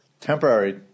temporary